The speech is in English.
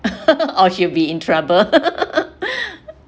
or she'll be in trouble